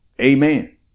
Amen